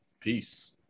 Peace